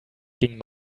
ging